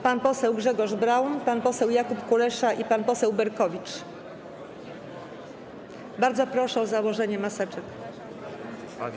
Pan poseł Grzegorz Braun, pan poseł Jakub Kulesza i pan poseł Berkowicz, bardzo proszę o założenie maseczek.